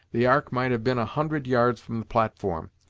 the ark might have been a hundred yards from the platform,